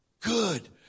good